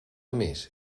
més